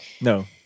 No